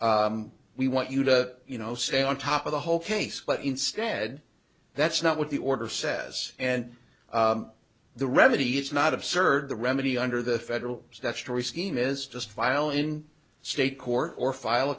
we want you to you know say on top of the whole case but instead that's not what the order says and the remedy is not of serve the remedy under the federal statutory scheme is just file in state court or file